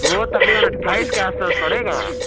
وہ تقریباً اٹھائیس کے آس پاس پڑے گا